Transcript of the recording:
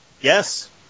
Yes